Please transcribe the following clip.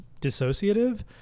dissociative